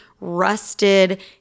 rusted